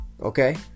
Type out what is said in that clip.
okay